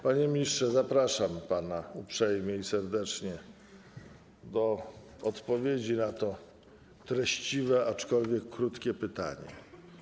Panie ministrze, zapraszam pana uprzejmie i serdecznie do odpowiedzi na to treściwe, aczkolwiek krótkie pytanie.